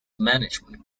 management